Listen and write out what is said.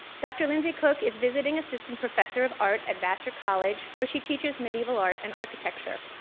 dr. lindsay cook is visiting assistant professor of art at vassar college where she teaches medieval art and architecture.